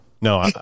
No